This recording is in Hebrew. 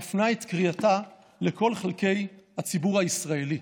מפנה את קריאתה לכל חלקי הציבור הישראלי: